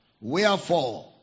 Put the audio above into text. Wherefore